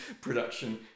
production